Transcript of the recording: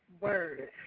Word